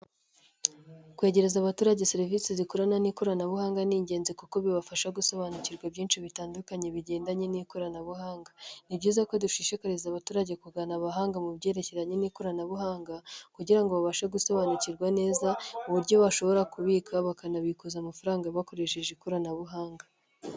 Kwegereza abaturage serivisi zikorana n'ikoranabuhanga, ni ingenzi kuko bibafasha gusobanukirwa byinshi bitandukanye bigendanye n'ikoranabuhanga. Ni byiza ko dushishikariza abaturage, kugana abahanga mu byerekeranye n'ikoranabuhanga kugira ngo babashe gusobanukirwa neza, uburyo bashobora kubika bakanabikuza amafaranga bakoresheje ikoranabuhanga.